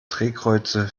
drehkreuze